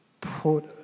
put